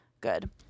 Good